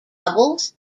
bubbles